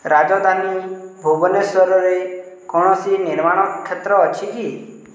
ରାଜଧାନୀ ଭୁବନେଶ୍ୱରରେ କୌଣସି ନିର୍ମାଣ କ୍ଷେତ୍ର ଅଛି କି